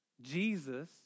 Jesus